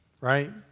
right